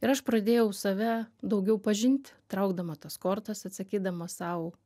ir aš pradėjau save daugiau pažint traukdama tas kortas atsakydama sau